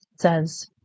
says